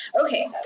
Okay